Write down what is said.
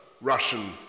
Russian